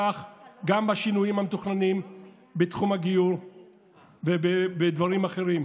כך גם בשינויים המתוכננים בתחום הגיור ובדברים אחרים.